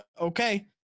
okay